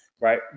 Right